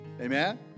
Amen